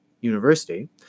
University